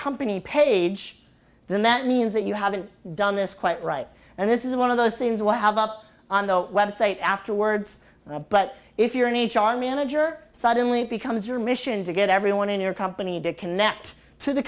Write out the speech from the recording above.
company page then that means that you haven't done this quite right and this is one of those scenes what have up on the website afterwords but if you're an h r manager suddenly it becomes your mission to get everyone in your company to connect to the